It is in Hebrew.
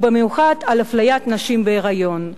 ובמיוחד אפליית נשים בהיריון.